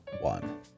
one